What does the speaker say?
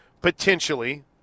potentially